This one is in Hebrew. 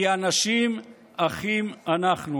כי אנשים אחים אנחנו.